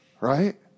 right